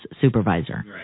supervisor